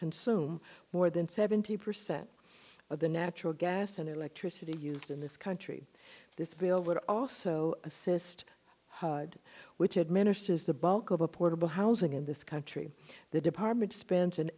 consume more than seventy percent of the natural gas and electricity used in this country this bill would also assist hud which administers the bulk of a portable housing in this country the department spends an